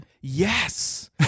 yes